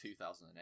2008